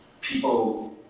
people